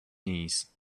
knees